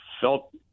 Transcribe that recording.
felt